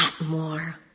more